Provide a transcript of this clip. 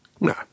No